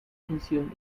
consume